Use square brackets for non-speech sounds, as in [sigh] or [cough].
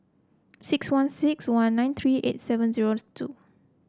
six one six one nine three eight seven zero [noise] two